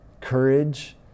courage